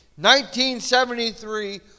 1973